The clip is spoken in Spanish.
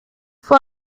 fue